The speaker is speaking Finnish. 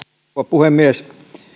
puhemies